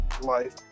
life